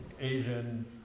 Asian